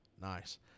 nice